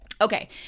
Okay